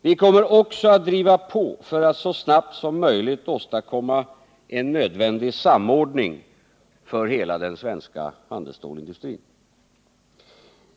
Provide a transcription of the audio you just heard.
Vi kommer också att driva på för att så snabbt som möjligt åstadkomma en nödvändig samordning för hela den svenska handelsstålsindustrin.